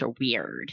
weird